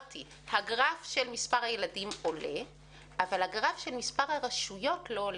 הגרף של מספר הילדים עולה אבל הגרף של מספר הרשויות לא עולה.